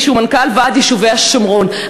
שגיא, שהוא מנכ"ל ועד יישובי השומרון.